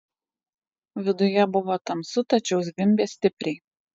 viduje buvo tamsu tačiau zvimbė stipriai